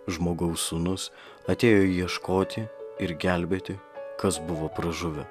žmogaus sūnus atėjo ieškoti ir gelbėti kas buvo pražuvę